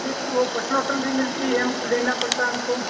जी तो वह बटन ओटन भी मिलती है हमको लेना पड़ता हमको